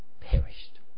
perished